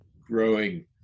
growing